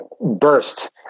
burst